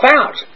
out